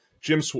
Jim